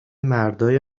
مردای